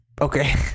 okay